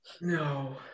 no